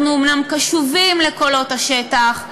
אנחנו אומנם קשובים לקולות השטח,